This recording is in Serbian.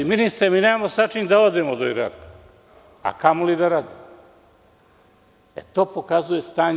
Ministre, mi nemamo sa čim da odemo do Iraka, a kamo li da radimo.“ To pokazuje stanje.